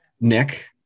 Nick